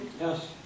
Yes